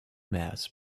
mass